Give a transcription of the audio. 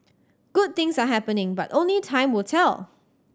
good things are happening but only time will tell